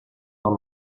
tot